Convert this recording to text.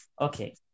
okay